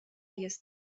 jest